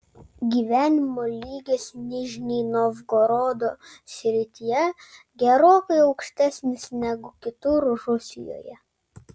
gyvenimo lygis nižnij novgorodo srityje gerokai aukštesnis negu kitur rusijoje